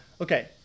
Okay